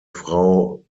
frau